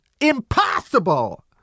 Impossible